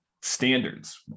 standards